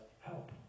help